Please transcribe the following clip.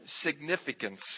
significance